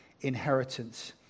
inheritance